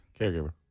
caregiver